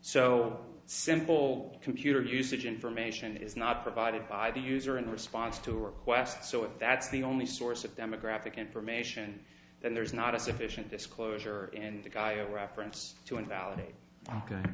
so simple computer usage information is not provided by the user in response to requests so if that's the only source of demographic information and there's not a deficient disclosure and a guy a reference to invalidate